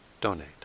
donate